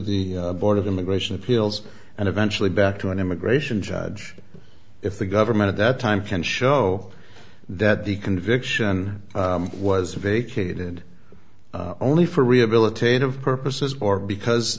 the board of immigration appeals and eventually back to an immigration judge if the government at that time can show that the conviction was vacated only for rehabilitative purposes or because